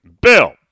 Bill